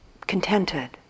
contented